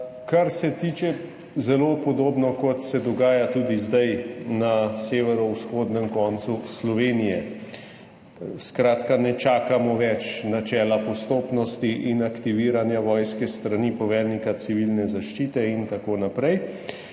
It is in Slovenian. delo, zelo podobno, kot se dogaja tudi zdaj na severovzhodnem koncu Slovenije. Skratka, ne čakamo več načela postopnosti in aktiviranja vojske s strani poveljnika Civilne zaščite in tako naprej.